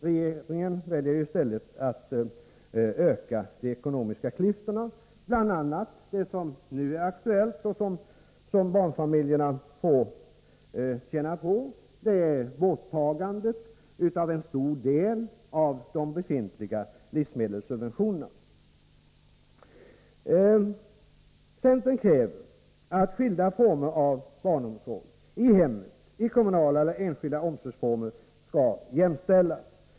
Regeringen väljer i stället att öka de ekonomiska klyftorna. Det som nu är aktuellt och som barnfamiljerna får känna på är borttagandet av en stor del av de befintliga livsmedelssubventionerna. Centern kräver att skilda former av barnomsorg, i hemmet, i kommunala eller enskilda omsorgsformer, skall jämställas.